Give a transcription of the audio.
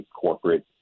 corporate